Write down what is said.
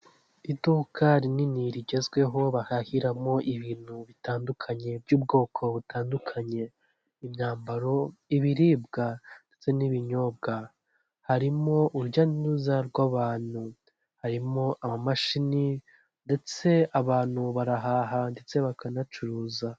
Iduka rinini rigezweho bahahiramo ibintu bitandukanye by'ubwoko butandukanye: imyambaro, ibiribwa ndetse n'ibinyobwa, harimo urujyauza rw'abantu, harimo amamashini, ndetse abantu barahaha ndetse bakanacuruza.